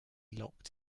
locked